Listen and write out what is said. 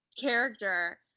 character